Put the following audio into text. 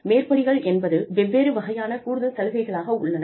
மேற்படிகள் என்பது வெவ்வேறு வகையான கூடுதல் சலுகைகளாக உள்ளன